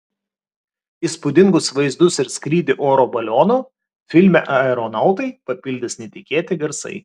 įspūdingus vaizdus ir skrydį oro balionu filme aeronautai papildys netikėti garsai